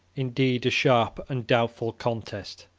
indeed, a sharp and doubtful contest,